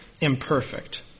imperfect